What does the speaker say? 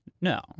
No